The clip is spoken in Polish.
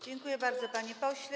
Dziękuję bardzo, panie pośle.